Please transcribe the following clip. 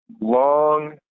long